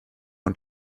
und